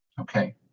Okay